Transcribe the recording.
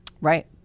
Right